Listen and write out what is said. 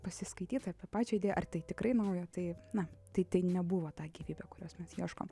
pasiskaityt apie pačią idėją ar tai tikrai nauja taip na tai tai nebuvo ta gyvybė kurios mes ieškom